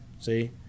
See